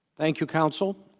thank you counsel